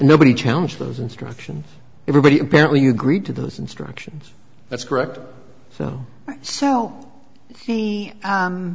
nobody challenge those instructions everybody apparently you agreed to those instructions that's correct so so